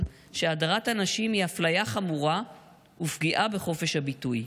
שהדרת הנשים היא אפליה חמורה ופגיעה בחופש הביטוי.